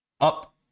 up